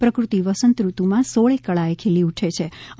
પ્રફતિ વસંતઋતુમાં સોળે કળાએ ખીલી ઉઠેછે